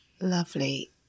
Lovely